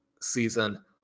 season